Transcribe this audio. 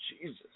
Jesus